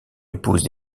épousent